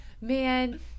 man